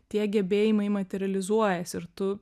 tie gebėjimai materializuojas ir tu